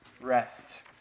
rest